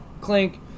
clink